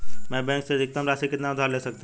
मैं बैंक से अधिकतम कितनी राशि उधार ले सकता हूँ?